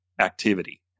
activity